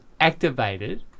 activated